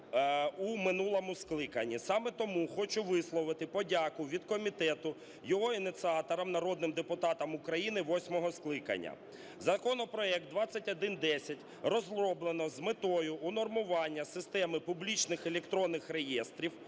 Законопроект 2110 розроблено з метою унормування системи публічних електронних реєстрів,